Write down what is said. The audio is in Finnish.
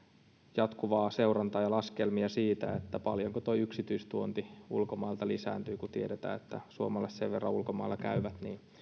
jatkuvaa seurantaa ja laskelmia siitä paljonko yksityistuonti ulkomailta lisääntyy kun tiedetään että suomalaiset sen verran ulkomailla käyvät niin